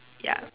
ya